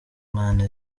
umwana